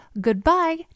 goodbye